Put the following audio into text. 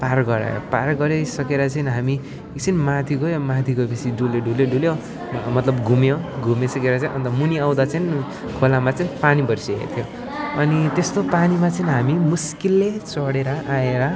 पार गरायो पार गरिसकेर चाहिँ हामी एकछिन माथि गयौँ माथि गएपछि डुल्यौँ डुल्यौँ डुल्यौँ मतलब घुम्यौँ घुमिसकेर चाहिँ अन्त मुनि आउँदा चाहिँ खोलामा चाहिँ पानी भरिइसकेको थियो अनि त्यस्तो पानीमा चाहिँ हामी मुस्किलले चढेर आएर